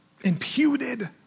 Imputed